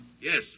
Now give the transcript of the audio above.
Yes